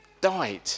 died